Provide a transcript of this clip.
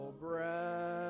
breath